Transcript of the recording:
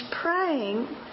praying